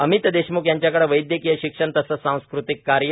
अमित देशम्ख यांच्याकडे वैद्यकीय शिक्षण तसंच सांस्कृतिक कार्य